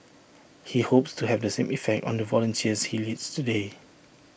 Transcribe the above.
he hopes to have the same effect on the volunteers he leads today